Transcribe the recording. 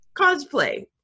cosplay